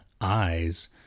eyes